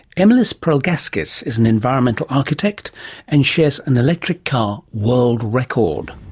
emilis prelgauskas is an environmental architect and shares an electric car world record.